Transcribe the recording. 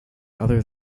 other